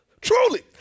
Truly